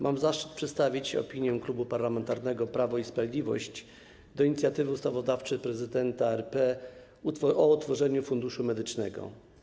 Mam zaszczyt przedstawić opinię Klubu Parlamentarnego Prawo i Sprawiedliwość dotyczącą inicjatywy ustawodawczej Prezydenta RP o utworzeniu Funduszu Medycznego.